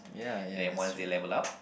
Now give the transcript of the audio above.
and then once they level up